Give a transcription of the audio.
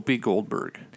Goldberg